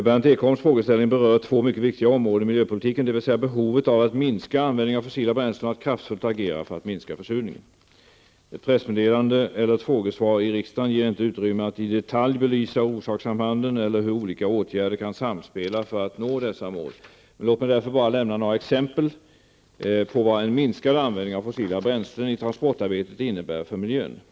Berndt Ekholms frågeställning berör två mycket viktiga områden i miljöpolitiken, dvs. behovet av att minska användningen av fossila bränslen och att kraftfullt agera för att minska försurningen. Ett pressmeddelande eller ett frågesvar i riksdagen ger inte utrymme att i detalj belysa orsakssambanden eller hur olika åtgärder kan samspela för att nå dessa mål. Låt mig därför bara lämna några exempel på vad en minskad användning av fossila bränslen i transportarbetet innebär för miljön.